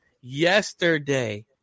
Yesterday